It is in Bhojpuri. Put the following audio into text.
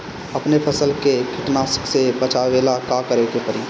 अपने फसल के कीटनाशको से बचावेला का करे परी?